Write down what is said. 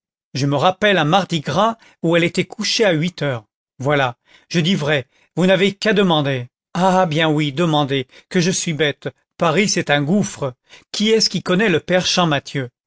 je me rappelle un mardi gras où elle était couchée à huit heures voilà je dis vrai vous n'avez qu'à demander ah bien oui demander que je suis bête paris c'est un gouffre qui est-ce qui connaît le père